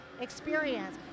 experience